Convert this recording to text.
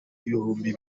ibihumbi